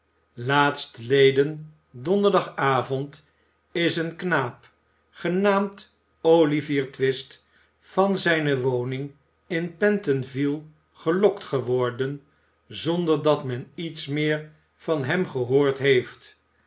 laatstleden donderdagavond is een knaap genaamd olivier twist van zijne woning in p e n t o n v i e gelokt geworden zonder dat men iets meer van hem gehoord heeft